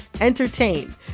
entertain